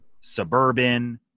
suburban